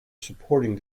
supporting